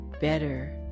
better